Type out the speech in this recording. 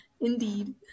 Indeed